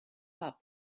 pup